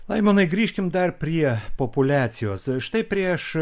laimonai grįžkime dar prie populiacijos štai prieš